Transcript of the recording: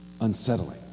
unsettling